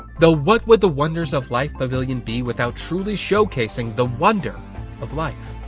though what would the wonders of life pavillion be, without truly showcasing the wonder of life.